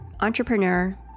entrepreneur